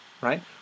right